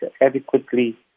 adequately